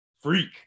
Freak